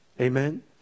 Amen